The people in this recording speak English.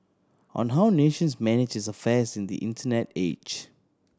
on how nations manage its affairs in the Internet age